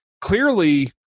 clearly